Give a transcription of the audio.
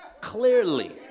Clearly